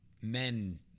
men